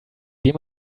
dem